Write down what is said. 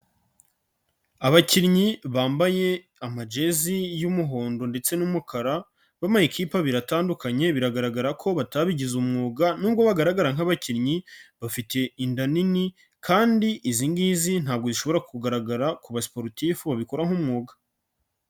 Abakinnyi bambaye amajezi y'umuhondo ndetse n'umukara b'ama ekipe abiri atandukanye, biragaragara ko batabigize umwuga nubwo bagaragara nk'abakinnyi bafite inda nini, kandi izi ngizi ntabwo zishobora kugaragara ku ba siporutifu babikora nk'umwuga.